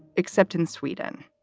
except in sweden.